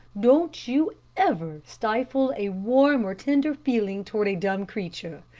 don't you ever stifle a warm or tender feeling toward a dumb creature.